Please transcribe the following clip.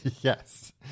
yes